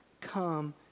Come